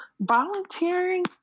volunteering